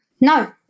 No